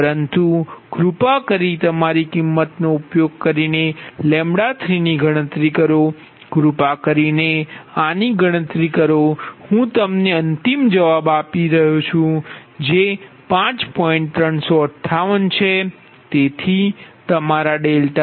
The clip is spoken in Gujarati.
પરંતુ કૃપા કરી તમારી કિંમતનો ઉપયોગ કરીને ની ગણતરી કરો કૃપા કરીને આની ગણતરી કરો હું તમને અંતિમ જવાબ આપી રહ્યો છું જે 5